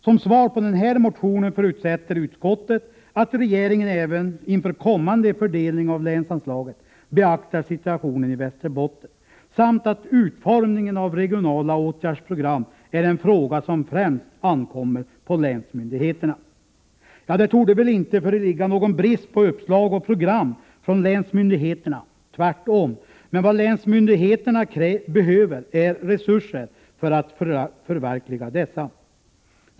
Som svar på den här motionen förutsätter utskottet att regeringen även inför kommande fördelning av länsanslaget beaktar situationen i Västerbotten samt att utformningen av regionala åtgärdsprogram är en fråga som främst ankommer på länsmyndigheterna. Ja, det torde inte föreligga någon brist på uppslag och program från länsmyndigheterna, tvärtom, men vad länsmyndigheterna behöver är resurser för att förverkliga dessa.